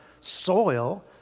soil